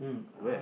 where